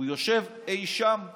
הוא יושב אי שם באמצע.